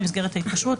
במסגרת ההתקשרות,